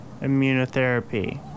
immunotherapy